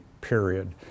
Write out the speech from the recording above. period